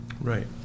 right